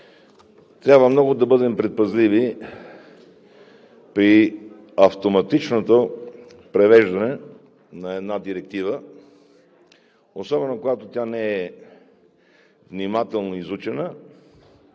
Трябва да бъдем много предпазливи при автоматичното привеждане на една директива, особено когато тя не е внимателно изучена,